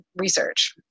research